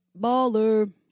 baller